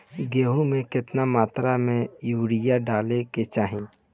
गेहूँ में केतना मात्रा में यूरिया डाले के चाही?